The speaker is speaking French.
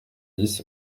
dix